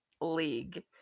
league